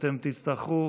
אתם תצטרכו